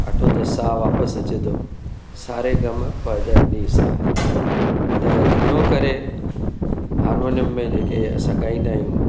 अठ ते सा वापसि अचे थो सा रे गा मा प ध नि सा त घणो करे हारमोनियम में जेके असां ॻाईंदा आहियूं